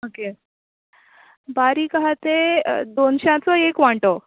okay बारीक आहा तें दोनश्यांचो एक वांटो